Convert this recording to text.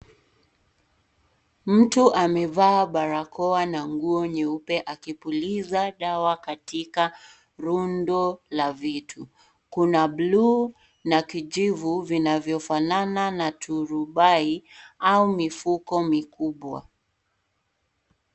Mtu amevaa barakoa na nguo nyeupe, akipuliza dawa katika rundo la vitu. Kuna buluu na kijivu vinavyofanana na turubai au mifuko mikubwa.